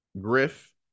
Griff